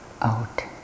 out